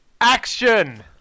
Action